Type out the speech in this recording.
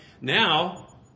Now